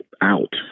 out